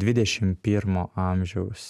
dvidešimt pirmo amžiaus